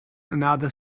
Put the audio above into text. another